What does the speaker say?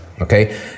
Okay